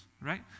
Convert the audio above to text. right